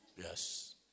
Yes